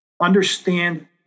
understand